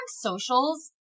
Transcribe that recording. socials